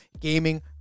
gaming